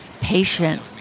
patient